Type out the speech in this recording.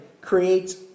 creates